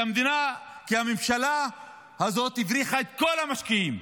כי הממשלה הזאת הבריחה את כל המשקיעים.